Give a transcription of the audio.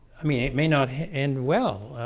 i mean it may not end. well,